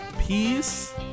Peace